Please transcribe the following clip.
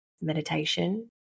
meditation